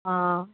অঁ